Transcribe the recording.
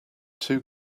two